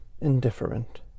Indifferent